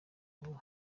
vuba